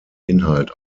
inhalt